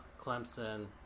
Clemson